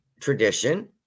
tradition